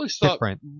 different